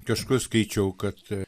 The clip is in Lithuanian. kažkur skaičiau kad